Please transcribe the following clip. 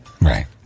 Right